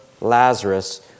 Lazarus